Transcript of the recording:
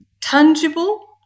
tangible